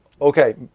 okay